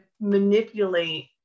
manipulate